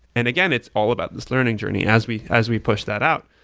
and again, it's all about this learning journey. as we as we push that out,